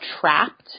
trapped